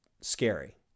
scary